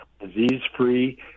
disease-free